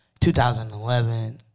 2011